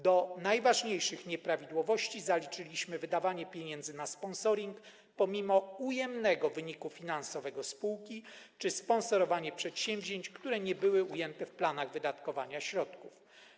Do najważniejszych nieprawidłowości zaliczyliśmy wydawanie pieniędzy na sponsoring pomimo ujemnego wyniku finansowego spółki czy sponsorowanie przedsięwzięć, które nie były ujęte w planach wydatkowania środków.